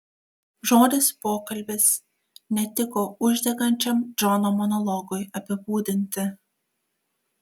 žodis pokalbis netiko uždegančiam džono monologui apibūdinti